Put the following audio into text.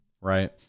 right